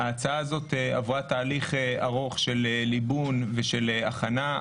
ההצעה הזאת עברה תהליך ארוך של ליבון ושל הכנה.